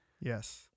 yes